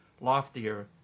loftier